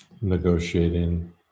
negotiating